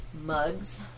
mugs